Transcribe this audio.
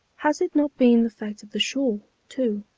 has it not been the fate of the shawl, too,